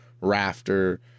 Rafter